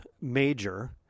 major